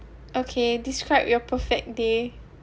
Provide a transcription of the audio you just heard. okay describe your perfect day